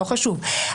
לא חשוב,